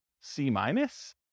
C-minus